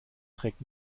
trägt